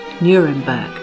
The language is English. nuremberg